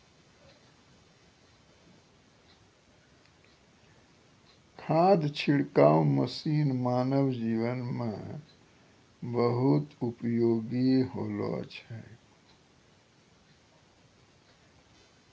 खाद छिड़काव मसीन मानव जीवन म बहुत उपयोगी होलो छै